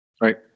Right